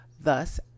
thus